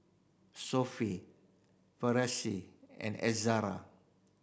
Sophie and Ezra